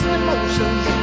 emotions